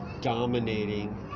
dominating